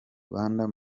rwanda